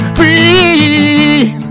breathe